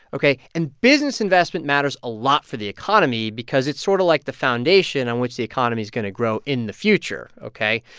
ok? and business investment matters a lot for the economy because it's sort of like the foundation on which the economy's going to grow in the future, ok?